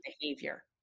behavior